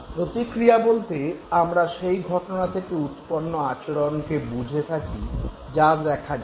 প্রতিক্রিয়া বলতে আমরা সেই ঘটনা থেকে উৎপন্ন আচরণকে বুঝে থাকি যা দেখা যায়